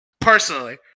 personally